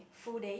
full day